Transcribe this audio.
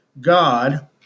God